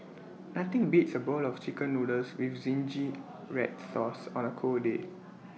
nothing beats A bowl of Chicken Noodles with Zingy Red Sauce on A cold day